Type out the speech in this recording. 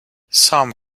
some